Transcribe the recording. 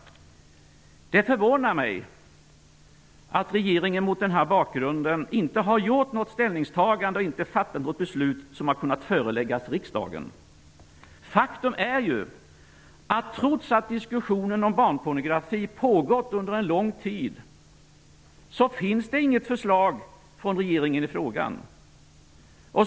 Det förvånar att regeringen mot den här bakgrunden inte har gjort något ställningstagande och inte fattat något beslut som har kunnat föreläggas riksdagen. Faktum är att det trots att diskussionen om barnpornografi pågått under en lång tid inte finns något regeringsförslag i frågan.